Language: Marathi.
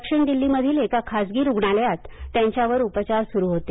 दक्षिण दिल्लीमधील एका खासगी रुग्णालयात त्यांच्यावर उपचार सुरु होते